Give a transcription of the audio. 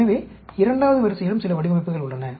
எனவே இரண்டாவது வரிசையிலும் சில வடிவமைப்புகள் உள்ளன